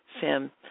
Sam